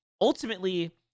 ultimately